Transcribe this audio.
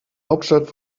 hauptstadt